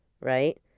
right